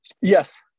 yes